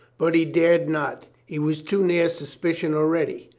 but he dared not. he was too near suspicion already.